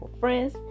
friends